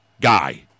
guy